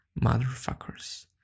Motherfuckers